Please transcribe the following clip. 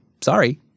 sorry